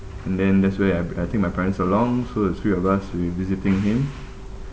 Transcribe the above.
and then that's where I I take my parents along so three of us we visiting him